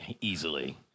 easily